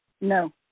No